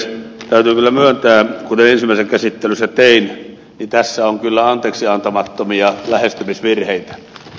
täytyy kyllä myöntää kuten ensimmäisessä käsittelyssä tein että tässä on kyllä anteeksiantamattomia lähestymisvirheitä